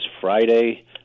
Friday